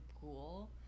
pool